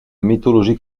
mythologie